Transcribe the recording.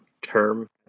term